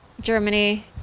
germany